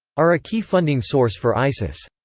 are a key funding source for isis.